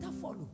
follow